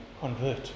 convert